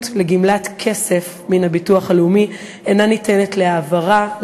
לגמלת כסף מן הביטוח הלאומי אינה ניתנת להעברה,